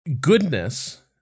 Goodness